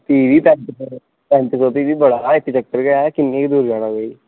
किन्नी के दूर जाना कोई